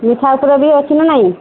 ମିଠା ଉପରେ ଅଛି ନା ନାହିଁ